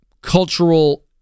cultural